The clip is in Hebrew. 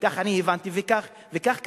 כך אני הבנתי וכך קראתי.